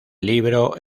libro